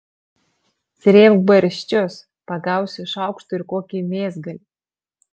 srėbk barščius pagausi šaukštu ir kokį mėsgalį